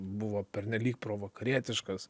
buvo pernelyg provakarietiškas